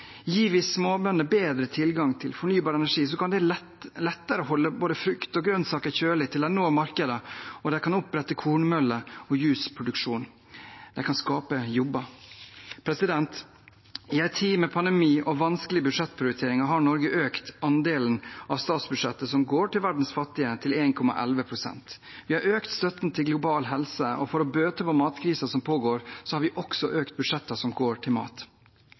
bedre tilgang til fornybar energi, kan de lettere holde både frukt og grønnsaker kjølige til de når markedet, og de kan opprette kornmøller og juiceproduksjon. De kan skape jobber. I en tid med pandemi og vanskelige budsjettprioriteringer har Norge økt andelen av statsbudsjettet som går til verdens fattige, til 1,11 pst. Vi har økt støtten til global helse, og for å bøte på matkrisen som pågår, har vi også økt budsjettene som går til mat.